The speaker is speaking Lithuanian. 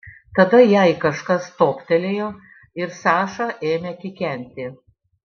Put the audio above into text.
tada jai kažkas toptelėjo ir saša ėmė kikenti